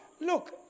Look